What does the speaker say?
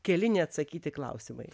keli neatsakyti klausimai